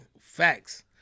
Facts